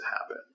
happen